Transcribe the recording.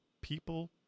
People